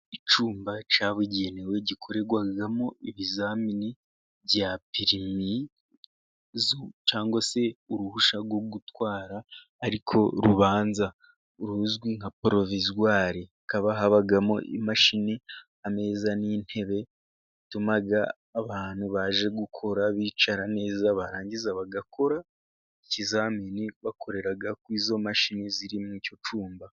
Icyumba cyabugenewe gikorerwamo ibizamini bya perimi cyangwa se uruhushya rwo gutwara, ariko rubanza ruzwi nka poroviuzuwari, hakaba habamo imashini, ameza, n'intebe yatumaga abantu baje gukora bicara neza, barangiza bagakora ikizamini bakorera kuri izi mashini ziri muri icyo cyumba.